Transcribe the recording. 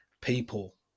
people